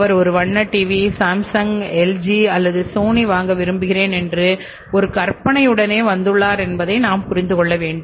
அவர் ஒரு வண்ண TV Samsung வாங்க விரும்புகிறேன் என்று ஒரு கற்பனை உடனே வந்துள்ளார் என்பதை நாம் புரிந்து கொள்ள வேண்டும்